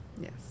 Yes